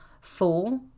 Four